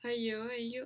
!aiyo! !aiyo!